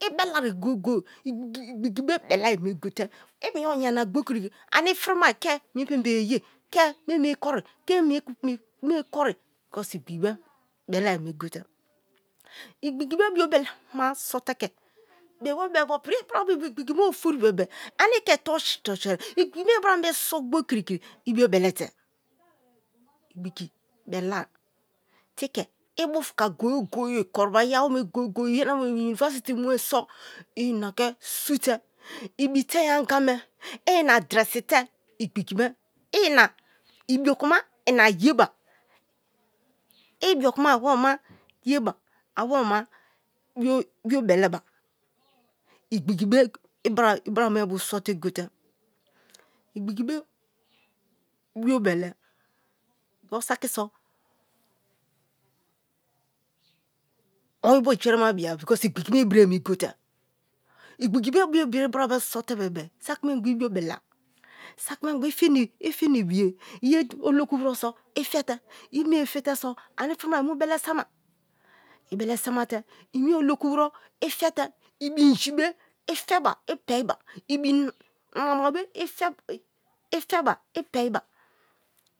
Ibelare goye-goye igbigi belai be gote i piki oyana gbokiri a ni frima ke mie pembeye ye ke mene kori ke mie kori because igbigi me belai me gote. Igbigi be biobela ma so te ke bebo-bebo, para me bo igbime ofori bebe ani toruserie, igbigi me brame so gbokiri i biobele te igbigi belai te ke ibufuka goye goye kuriba, iyawonu goye goye iyawome i university mucso iina ke su te ibitein angama i ina dre ssi te igbigi me, ina ibioku ma ina yeba i ibiokuma nwomema yeba awomema biobeleba igbigibe ibrame sofe gote igbigibe bishe le gborusaki so o ibu girima bia because igbigi me ibia emi gote, igbigi be bo mie ibrame sote bebe saki mengba ibiobelon saki mengba ifi na ibiye, ye oloku bro so i fe te i mie fite so ani i frima mu bele sama i bele samate i mie oloku bro i fete ibi inji be i feha i pei-ba, ibi nama be ife ba i pei ba